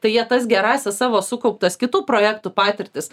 tai jie tas gerąsias savo sukauptas kitų projektų patirtis